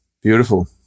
beautiful